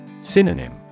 Synonym